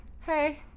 hey